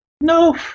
no